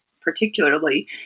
particularly